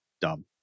dumb